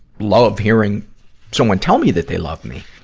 love hearing someone tell me that they love me.